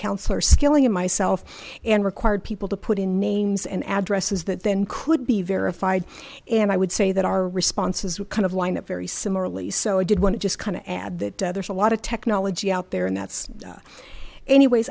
councillor skilling and myself and required people to put in names and addresses that then could be verified and i would say that our responses would kind of line up very similarly so i did want to just kind of add that there's a lot of technology out there and that's anyways